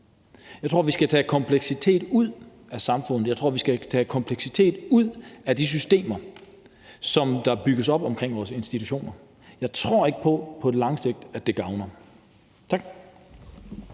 Jeg tror, at vi skal tage kompleksitet ud af samfundet. Jeg tror, at vi skal tage kompleksitet ud af de systemer, som bygges op omkring vores institutioner. Jeg tror ikke på, at det gavner på